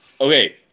Okay